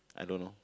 I don't know